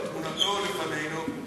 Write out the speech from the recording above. ותמונתו לפנינו,